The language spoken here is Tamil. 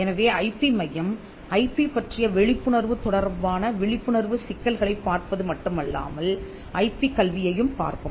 எனவே ஐபி மையம் ஐபி பற்றிய விழிப்புணர்வு தொடர்பான விழிப்புணர்வு சிக்கல்களைப் பார்ப்பது மட்டுமல்லாமல் ஐபி கல்வியையும் பார்க்கும்